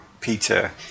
Peter